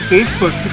Facebook